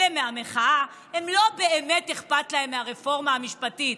אלה מהמחאה, לא באמת אכפת להם מהרפורמה המשפטית.